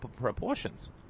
proportions